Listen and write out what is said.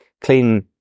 clean